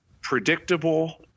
predictable